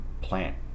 plant